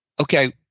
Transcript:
Okay